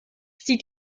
sieht